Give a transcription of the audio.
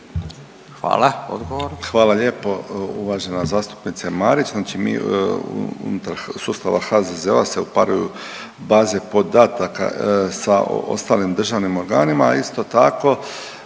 Tomislav (HDZ)** Hvala lijepo uvažena zastupnice Marić. Znači mi unutar sustava HZZO-a se uparuju baze podataka sa ostalim državnim organima,